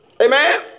Amen